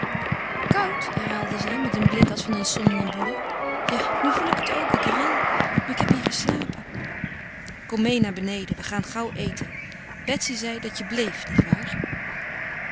koud koud herhaalde zij met een blik als van eene somnambule ja nu voel ik het ook ik ril maar ik heb hier geslapen kom meê naar beneden we gaan gauw eten betsy zei dat je bleef niet waar